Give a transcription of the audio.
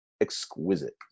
exquisite